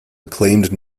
acclaimed